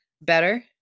better